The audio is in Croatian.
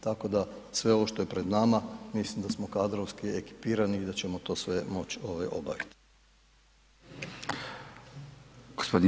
Tako da sve ono što je pred nama, mislim da smo kadrovski ekipirani i da ćemo to sve moći obaviti.